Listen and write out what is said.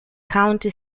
county